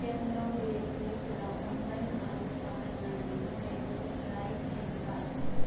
केमग्राउन्द दारेक्टरिफोरा अनलाइन आरो साफायनाय दिहुन्थायफोर जाय केम्पार